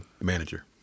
manager